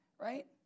Right